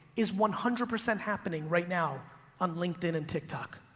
is one hundred percent happening right now on linkedin and tiktok,